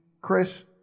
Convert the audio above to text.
Chris